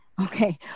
okay